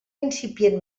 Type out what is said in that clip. incipient